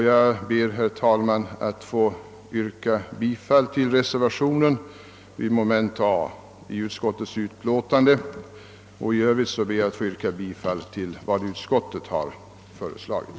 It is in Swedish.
Jag ber, herr talman, att få yrka bifall till reservationen vid mom. A i utskottets hemställan och i övrigt till vad utskottet har hemställt.